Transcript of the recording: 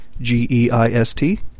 g-e-i-s-t